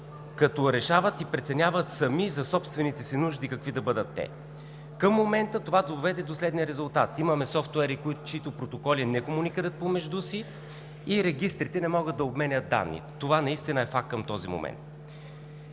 като решават и преценяват сами за собствените си нужди какви те да бъдат. Към момента това доведе до следния резултат: имаме софтуери, чиито протоколи не комуникират помежду си, и регистрите не могат да обменят данни. Това наистина е факт към този момент.